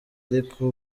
ariko